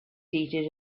seated